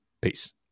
Peace